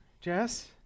jess